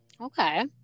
Okay